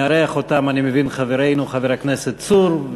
מארח אותם, אני מבין, חברנו חבר הכנסת צור.